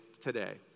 today